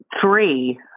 three